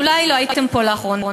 אולי לא הייתם פה לאחרונה,